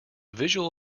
visual